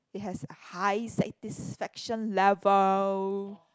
it has high satisfaction level